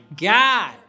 God